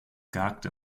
gehackte